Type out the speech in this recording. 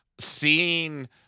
Seeing